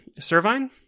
Servine